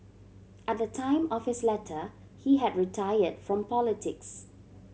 at the time of his letter he had retired from politics